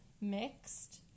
mixed